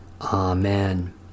Amen